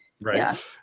Right